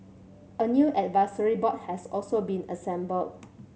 a new advisory board has also been assembled